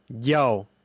Yo